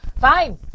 Fine